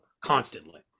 constantly